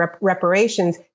reparations